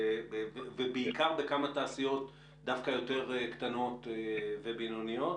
בעיקר בכמה תעשיות דווקא יותר קטנות ובינוניות,